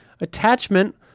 Attachment